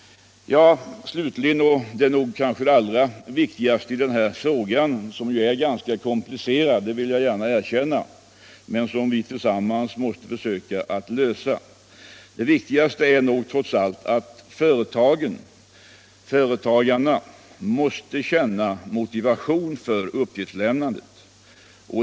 Det allra viktigaste i den här frågan, som är ganska komplicerad — det vill jag gärna erkänna — men som vi tillsammans måste försöka lösa, är nog trots allt att företagarna känner motivation för uppgiftslämnandet.